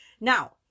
Now